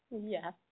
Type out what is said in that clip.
Yes